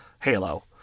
Halo